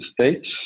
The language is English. States